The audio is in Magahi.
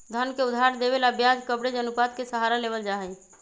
धन के उधार देवे ला ब्याज कवरेज अनुपात के सहारा लेवल जाहई